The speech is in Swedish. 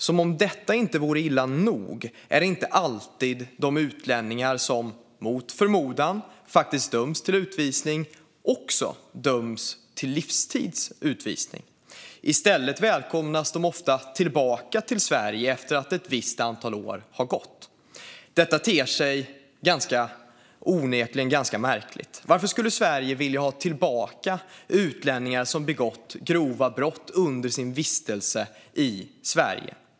Som om detta inte vore illa nog är det inte alltid som de utlänningar som mot förmodan faktiskt döms till utvisning också döms till livstids utvisning. I stället välkomnas de ofta tillbaka till Sverige efter att ett visst antal år har gått. Detta ter sig onekligen ganska märkligt. Varför skulle Sverige vilja ha tillbaka utlänningar som begått grova brott under sin vistelse i Sverige?